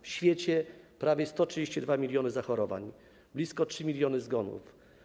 W świecie prawie 132 mln zachorowań, blisko 3 mln zgonów.